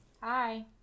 Hi